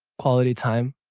quality time,